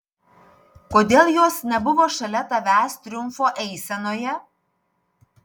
kodėl jos nebuvo šalia tavęs triumfo eisenoje